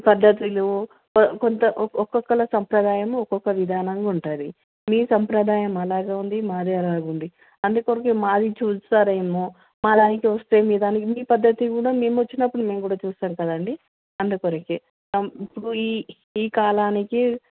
పద్ధతులు కొంత ఒక్కొక్కరి సాంప్రదాయము ఒక్కొక్క విధంగా ఉంటుంది మీ సాంప్రదాయం మాలాగా ఉంది మాది అలాగ ఉంది అందుకొరకు మాది చూస్తారేమో మా దానికి వస్తే మీ దానికి మీ పద్ధతి కూడా మేము వచ్చినప్పుడు మేము కూడా చూస్తాం కదండి అందుకొరకు ఇప్పుడు ఈ ఈ కాలానికి